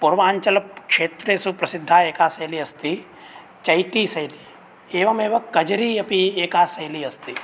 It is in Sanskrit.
पूर्वाञ्चलक्षेत्रेषु प्रसिद्धा एका शैली अस्ति चैटीशैली एवमेव कजरी अपि एका शैली अस्ति